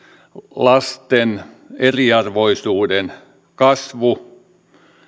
lasten eriarvoisuuden kasvu